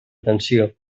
atenció